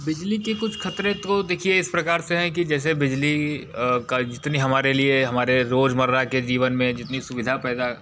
बिजली के कुछ ख़तरे को देखिए इस प्रकार से है कि जैसे बिजली का जितनी हमारे लिए हमारे रोज़मर्रा के जीवन में जितनी सुविधा पैदा